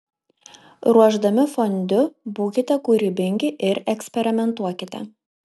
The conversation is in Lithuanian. ruošdami fondiu būkite kūrybingi ir eksperimentuokite